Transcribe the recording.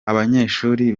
abanyeshuri